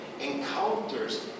encounters